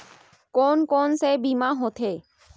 कोन कोन से बीमा होथे?